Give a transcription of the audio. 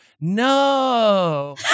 No